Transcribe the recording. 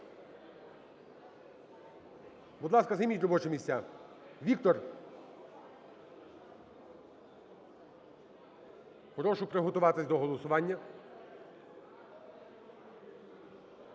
Будь ласка, займіть робочі місця. Віктор! Прошу приготуватись до голосування.